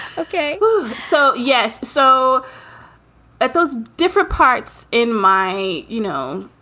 ok so, yes. so at those different parts in my you know,